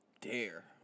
dare